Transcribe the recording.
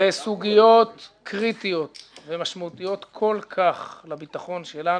--- בסוגיות קריטיות ומשמעותיות כל כך לביטחון שלנו,